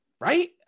Right